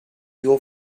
your